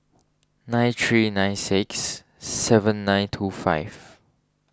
nine three nine six seven nine two five